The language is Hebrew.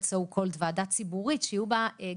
שוב אני אומר שזה דיון מבוא בלבד,